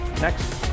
next